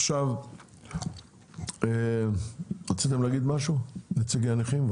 עכשיו רציתם להגיד משהו נציגי הנכים?